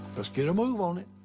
let's get a move on it.